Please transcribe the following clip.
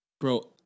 bro